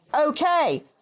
Okay